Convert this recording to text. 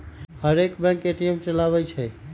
हरेक bank ATM चलबइ छइ